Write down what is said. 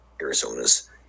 Arizona's